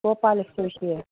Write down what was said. गोपालस्य विषये